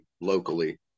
locally